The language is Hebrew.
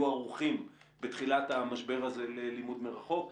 ערוכים בתחילת המשבר הזה ללימוד מרחוק.